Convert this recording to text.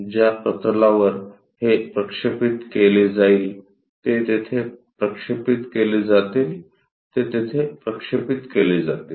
ज्या प्रतलावर हे प्रक्षेपित केले जाईल ते येथे प्रक्षेपित केले जातीलते तेथे प्रक्षेपित केले जातील